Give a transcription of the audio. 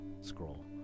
scroll